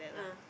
ah